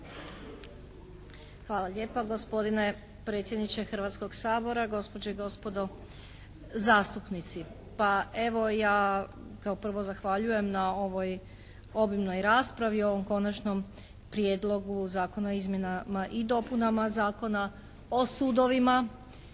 Hvala lijepa gospodine predsjedniče Hrvatskoga sabora. Gospođe i gospodo zastupnici, pa evo ja kao prvo zahvaljujem na ovoj obimnom raspravi o ovom Konačnom prijedlogu Zakona o izmjenama i dopunama Zakona o sudovima.